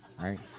right